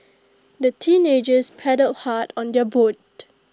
the teenagers paddled hard on their boat